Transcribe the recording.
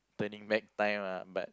turning back time lah but